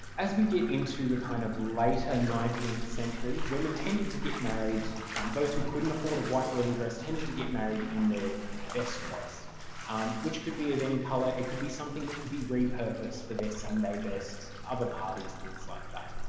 as we get into the kind of later nineteenth century women tended to get married those who couldn't afford a white wedding dress tended to get married in their kind of best dress which could be of any colour, it could be something that could be repurposed for but their sunday best, other parties, things like that.